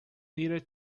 needed